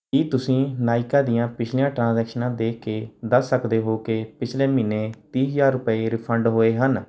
ਕੀ ਤੁਸੀਂਂ ਨਾਇਕਾ ਦੀਆਂ ਪਿਛਲੀਆਂ ਟ੍ਰਾਂਜੈਕਸ਼ਨਾਂ ਦੇਖ ਕੇ ਦੱਸ ਸਕਦੇ ਹੋ ਕਿ ਪਿਛਲੇ ਮਹੀਨੇ ਤੀਹ ਹਜ਼ਾਰ ਰੁਪਏ ਰਿਫੰਡ ਹੋਏ ਹਨ